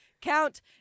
Count